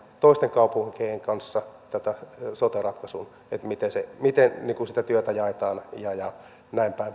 kaupunkien kanssa tätä sote ratkaisua että miten sitä työtä jaetaan ja ja näinpäin